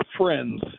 friends